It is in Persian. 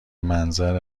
منظر